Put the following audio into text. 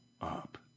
up